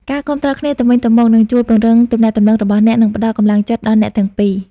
ការគាំទ្រគ្នាទៅវិញទៅមកនឹងជួយពង្រឹងទំនាក់ទំនងរបស់អ្នក និងផ្តល់កម្លាំងចិត្តដល់អ្នកទាំងពីរ។